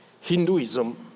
Hinduism